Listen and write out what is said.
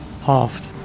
halved